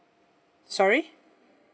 sorry